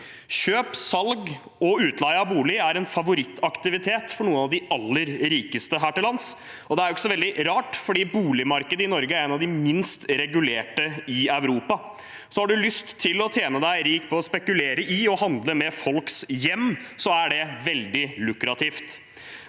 Kjøp, salg og utleie av bolig er en favorittaktivitet for noen av de aller rikeste her til lands, og det er ikke så veldig rart, for boligmarkedet i Norge er et av de minst regulerte i Europa. Har du lyst til å tjene deg rik på å spekulere i å handle med folks hjem, er det veldig lukrativt.